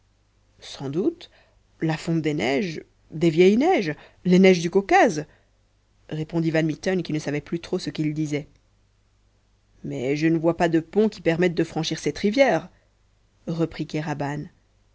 sans doute la fonte des neiges des vieilles neiges les neiges du caucase répondit van mitten qui ne savait plus trop ce qu'il disait mais je ne vois pas de pont qui permette de franchir cette rivière reprit kéraban